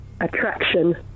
attraction